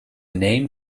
name